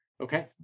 Okay